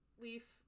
Leaf-